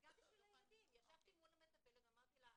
אז גם בשביל הילדים ישבתי עם המטפלת והראיתי לה.